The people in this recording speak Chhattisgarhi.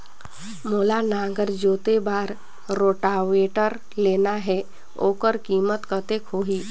मोला नागर जोते बार रोटावेटर लेना हे ओकर कीमत कतेक होही?